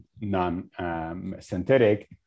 non-synthetic